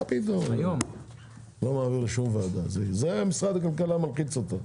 תראי, הנושא של הנקודות זה נושא שמעסיק אותי.